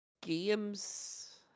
Games